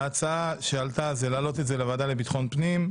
ההמלצה של הלשכה המשפטית היא להעלות את זה לוועדה לביטחון פנים.